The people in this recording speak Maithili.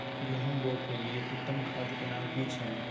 गेहूं बोअ के लिये उत्तम खाद के नाम की छै?